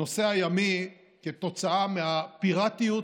הנושא הימי כתוצאה מהפיראטיות